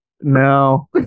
No